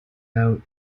out